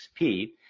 XP